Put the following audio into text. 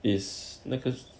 it's 那个